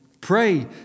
pray